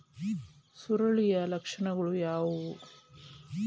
ಸುರುಳಿಯ ಲಕ್ಷಣಗಳು ಯಾವುವು?